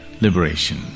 liberation